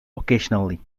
occasionally